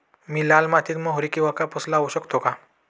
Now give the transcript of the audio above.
मी लाल मातीत मोहरी किंवा कापूस लावू शकतो का?